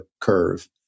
curve